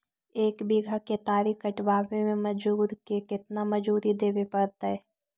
एक बिघा केतारी कटबाबे में मजुर के केतना मजुरि देबे पड़तै?